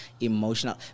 Emotional